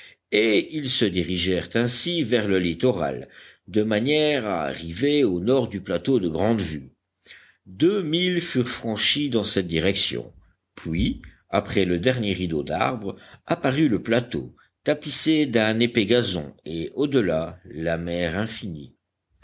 et ils se dirigèrent ainsi vers le littoral de manière à arriver au nord du plateau de grande vue deux milles furent franchis dans cette direction puis après le dernier rideau d'arbres apparut le plateau tapissé d'un épais gazon et au delà la mer infinie